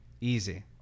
Easy